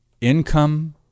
income